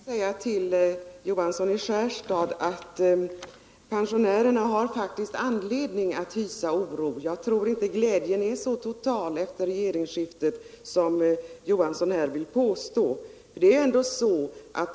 Herr talman! Jag vill säga till Sven Johansson att pensionärerna faktiskt har anledning att hysa oro. Jag tror inte glädjen efter regeringsskiftet är så total som Sven Johansson vill påstå.